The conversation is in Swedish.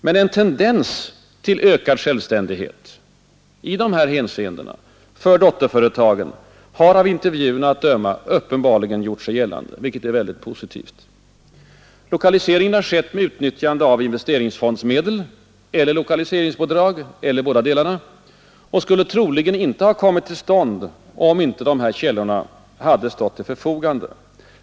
Men en tendens till ökad självständighet i de här hänseendena för dotterföretagen har av intervjuerna att döma uppenbarligen gjort sig gällande, vilket är mycket positivt. Lokaliseringarna har skett med utnyttjande av investeringsfondsmedel eller lokaliseringsbidrag — eller bådadera — och skulle troligen inte ha kommit till stånd för så vitt inte dessa finansieringskällor hade stått till förfogande.